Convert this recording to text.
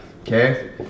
Okay